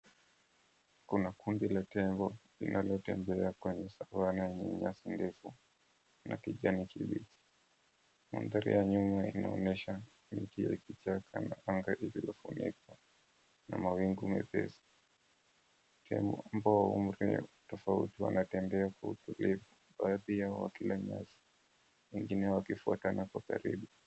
Kuna kundi la tembo linalotembea kwenye savanna yenye nyasi ndefu na kijani kibichi. Mandhari ya nyuma inaonyesha miti ya kichaka na anga iliyofunikwa na mawingu mepesi. Tembo wa umri tofauti wanatembea kwa utulivu wao pia wakila nyasi, wengine wakifuatana kwa karibu.